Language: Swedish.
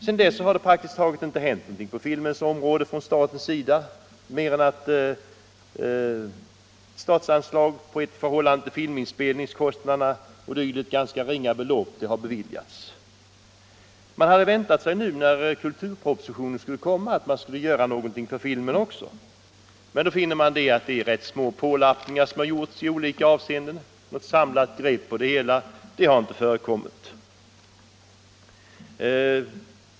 Sedan dess har det praktiskt taget inte hänt någonting på filmens område från statens sida mer än att statsanslag på ett i förhållande till filminspelningskostnaderna ganska ringa belopp har beviljats. Nu när kulturpropositionen skulle komma, hade man väntat sig att någonting skulle göras också för filmen. Man finner emellertid att rätt små pålappningar har gjorts i olika avseenden. Något samlat grepp har inte förekommit.